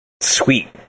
sweet